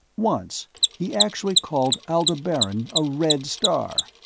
once he actually called aldebaran a red star,